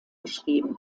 beschrieben